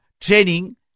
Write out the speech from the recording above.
training